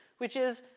which is,